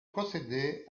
procéder